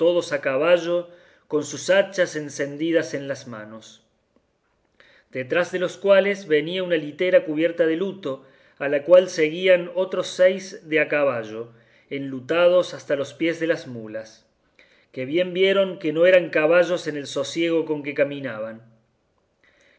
a caballo con sus hachas encendidas en las manos detrás de los cuales venía una litera cubierta de luto a la cual seguían otros seis de a caballo enlutados hasta los pies de las mulas que bien vieron que no eran caballos en el sosiego con que caminaban